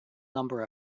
number